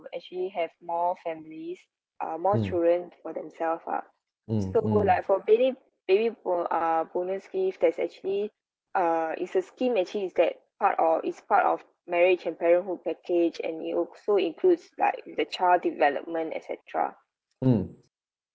actually have more families uh more children for themselves ah so like for baby baby bo~ uh bonus scheme there's actually uh is a scheme actually is that part of is part of marriage and parenthood package and it also includes like with the child development etcetera